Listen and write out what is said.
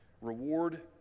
Reward